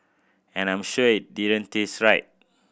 and I'm sure it didn't taste right